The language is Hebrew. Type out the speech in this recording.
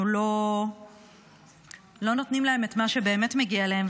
לא נותנים להם את מה שבאמת מגיע להם,